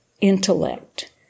intellect